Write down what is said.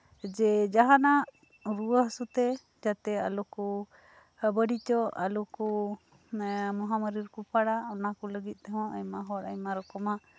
ᱡᱮ ᱡᱟᱦᱟᱱᱟᱜ ᱨᱩᱣᱟᱹ ᱦᱟᱹᱥᱩᱛᱮ ᱡᱟᱛᱮ ᱟᱞᱚ ᱠᱚ ᱵᱟᱹᱲᱤᱡᱚᱜ ᱟᱞᱚᱠᱚ ᱢᱚᱦᱟᱢᱟᱨᱤ ᱨᱮᱠᱚ ᱯᱟᱲᱟᱜ ᱚᱱᱟ ᱠᱚ ᱞᱟᱹᱜᱤᱫ ᱛᱮᱦᱚᱸ ᱟᱭᱢᱟ ᱦᱚᱲ ᱟᱭᱢᱟ ᱨᱚᱠᱚᱢᱟᱜ